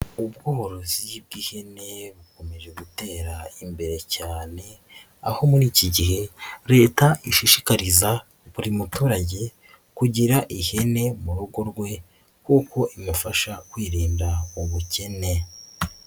Ubworozi bw'ihene bukomeje gutera imbere cyane aho muri iki gihe Leta ishishikariza buri muturage kugira ihene mu rugo rwe kuko imufasha kwirinda ubukene.